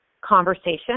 conversation